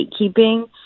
gatekeeping